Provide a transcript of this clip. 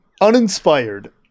uninspired